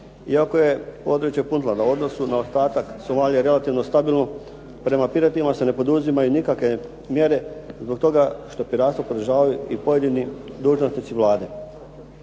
Iako je područje Puntlanda u odnosu na ostatak Somalije relativno stabilno, prema piratima se ne poduzimaju nikakve mjere zbog toga što piratstvo podržavaju i pojedini dužnosnici Vlade.